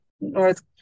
North